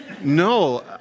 No